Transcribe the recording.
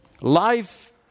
Life